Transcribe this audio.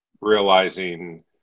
realizing